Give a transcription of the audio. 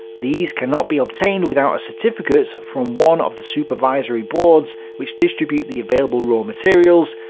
these cannot be obtained without a certificate from one of the supervisory boards which distribute the available raw materials,